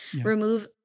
remove